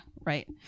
right